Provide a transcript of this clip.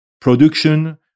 production